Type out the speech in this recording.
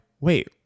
wait